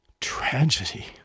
tragedy